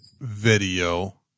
video